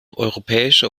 europäischer